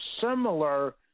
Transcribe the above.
similar